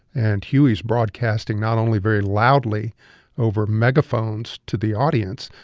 and huey's broadcasting not only very loudly over megaphones to the audience,